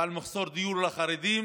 ועל מחסור בדיור לחרדים,